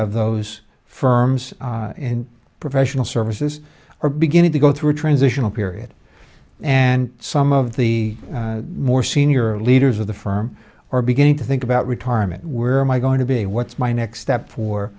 of those firms in professional services are beginning to go through a transitional period and some of the more senior leaders of the firm are beginning to think about retirement where my going to be what's my next step for